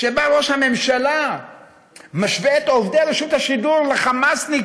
שבו ראש הממשלה משווה את עובדי רשות השידור ל"חמאסניקים",